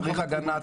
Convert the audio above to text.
צריך הגנה,